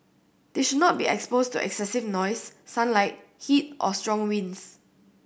they should not be exposed to excessive noise sunlight heat or strong winds